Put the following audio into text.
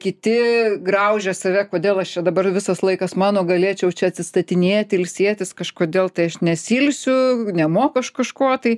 kiti graužia save kodėl aš čia dabar visas laikas mano galėčiau čia atsistatinėti ilsėtis kažkodėl tai aš nesiilsiu nemoku aš kažko tai